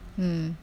mm